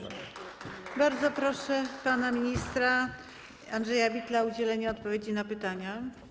Bardzo proszę pana ministra Andrzeja Bittela o udzielenie odpowiedzi na pytania.